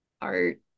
art